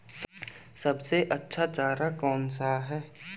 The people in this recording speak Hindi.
सबसे अच्छा चारा कौन सा है?